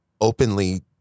openly